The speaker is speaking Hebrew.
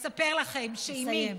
לספר לכם שאימי, לסיים.